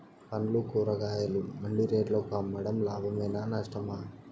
పండ్లు కూరగాయలు మండి రేట్లకు అమ్మడం లాభమేనా నష్టమా?